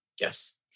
Yes